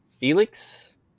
Felix